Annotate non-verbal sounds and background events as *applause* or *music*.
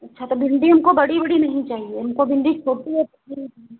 अच्छा तो भिन्डी हमको बड़ी बड़ी नहीं चाहिए हमको भिन्डी छोटी और *unintelligible*